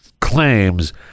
claims